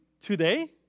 today